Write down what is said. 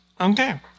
Okay